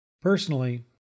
Personally